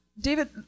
David